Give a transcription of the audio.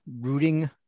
rooting